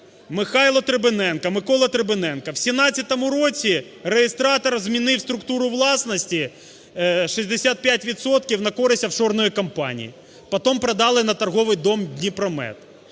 Михайло Трибиненко… Микола Трибиненко, в 2017 році реєстратор змінив структуру власності: 65 відсотків на користь офшорної компанії, потім продали на Торговий дім "Дніпромет".